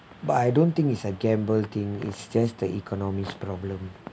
but I don't think it's a gamble thing it's just the economy's problem